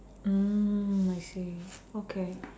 mm I see okay